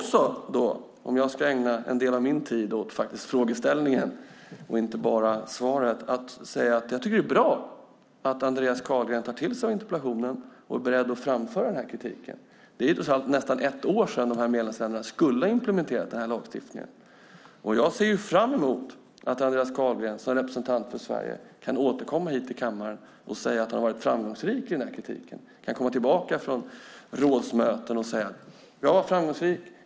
Jag ska ägna en del av min tid åt frågan i interpellationen och inte bara åt svaret. Jag tycker att det är bra att Andreas Carlgren tar till sig interpellationen och är beredd att framföra kritiken. Det är trots allt nästan ett år sedan medlemsländerna skulle ha implementerat lagstiftningen. Jag ser fram emot att Andreas Carlgren som representant för Sverige kan återkomma till kammaren och säga att han har varit framgångsrik i kritiken, att han kan komma tillbaka från rådsmöten och säga: Jag har varit framgångsrik.